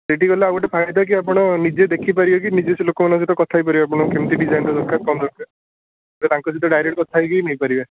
ସେଇଠି ଗଲେ ଆଉ ଗୋଟେ ଫାଇଦା କି ଆପଣ ନିଜେ ଦେଖିପାରିବେ କି ନିଜେ ସେ ଲୋକମାନଙ୍କ ସହିତ କଥା ହେଇ ପାରିବେ ଆପଣଙ୍କୁ କେମିତି ଡିଜାଇନର ଦରକାର କ'ଣ ଦରକାର ତ ତାଙ୍କ ସହିତ ଡାଇରେକ୍ଟ୍ କଥା ହେଇକି ନେଇ ପାରିବେ